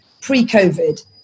pre-COVID